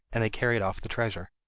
and they carried off the treasure.